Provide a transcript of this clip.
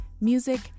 music